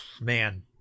man